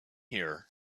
here